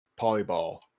Polyball